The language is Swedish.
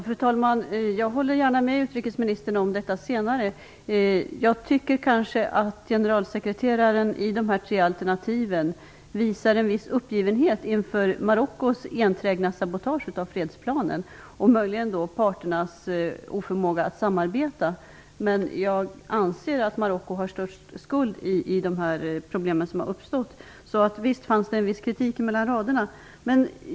Fru talman! Jag håller gärna med utrikesministern om det senare. Jag tycker kanske att generalsekreteraren i de tre alternativen visar en viss uppgivenhet inför Marockos enträgna sabotage av fredsplanen och möjligen också parternas oförmåga att samarbeta. Jag anser ändå att Marocko har störst skuld i de problem som har uppstått. Så visst fanns en viss kritik mellan raderna i min fråga.